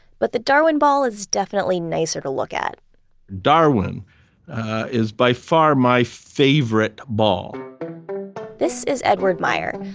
but the darwin ball is definitely nicer to look at darwin is by far my favorite ball this is edward meyer,